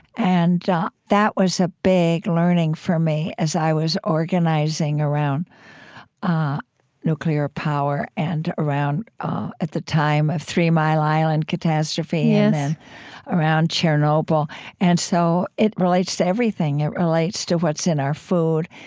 and that was a big learning for me as i was organizing around ah nuclear power and around at the time of three mile island catastrophe and around chernobyl and so it relates to everything. it relates to what's in our food,